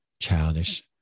childish